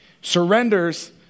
Surrenders